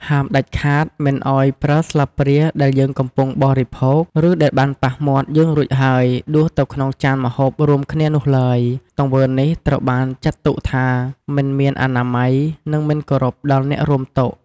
ហាមដាច់ខាតមិនឱ្យប្រើស្លាបព្រាដែលយើងកំពុងបរិភោគ ឬដែលបានប៉ះមាត់យើងរួចហើយ ដួសទៅក្នុងចានម្ហូបរួមគ្នានោះឡើយ ទង្វើនេះត្រូវបានចាត់ទុកថាមិនមានអនាម័យ និងមិនគោរពដល់អ្នករួមតុ។